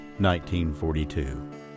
1942